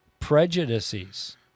Prejudices